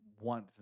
want